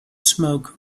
smoke